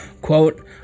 Quote